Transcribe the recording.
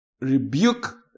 rebuke